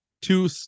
two